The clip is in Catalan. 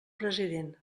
president